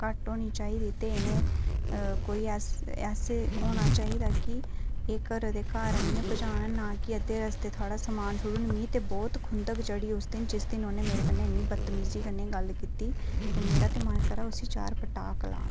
घट्ट होनी चाहिदी ते इनें कोई ऐसा होना चाहिदा कि एह् घरै दे घर आह्नियै पजान नेईं कि अद्धे रस्ते थुआढ़ा समान छोड़ी ओड़न उस दिन मिगी बड़ी खुंदक चढ़ी जिस दिन उन्ने मेरे कन्नै बदतमीज़ी कन्नै गल्ल कीती ते मेरा ते मन करै की उसी चार पटाक लांऽ